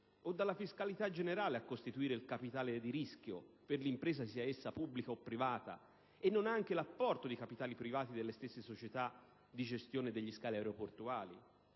o dalla fiscalità generale a costituire il capitale di rischio per l'impresa, sia essa pubblica o privata, e non anche l'apporto di capitali privati delle stesse società di gestione degli scali aeroportuali?